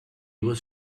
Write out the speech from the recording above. was